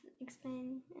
explain